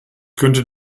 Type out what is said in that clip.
könnte